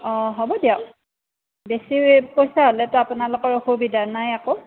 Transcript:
অ হ'ব দিয়ক বেছি পইচা হ'লেতো আপোনালোকৰ অসুবিধা নাই একো